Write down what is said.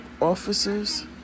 officers